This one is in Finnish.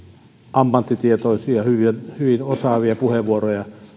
ammattitietoisia ja hyvin osaavia puheenvuoroja